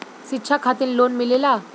शिक्षा खातिन लोन मिलेला?